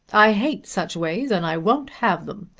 i hate such ways, and i won't have them.